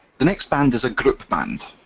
the next band is a group band.